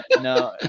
No